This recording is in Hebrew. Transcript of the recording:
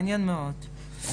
מעניין מאוד.